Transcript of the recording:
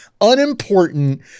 unimportant